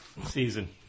season